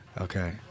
Okay